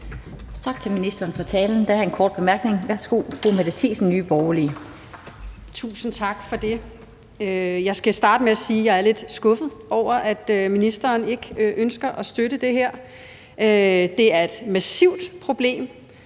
Tak til ministeren for talen. Der er en kort bemærkning. Værsgo til fru Mette Thiesen, Nye Borgerlige. Kl. 14:38 Mette Thiesen (NB): Tusind tak for det. Jeg skal starte med at sige, at jeg er lidt skuffet over, at ministeren ikke ønsker at støtte det her. Det er et massivt problem.